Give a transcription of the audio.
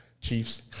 Chiefs